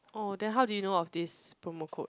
oh then how do you know of this promo code